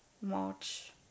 March